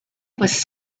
was